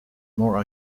more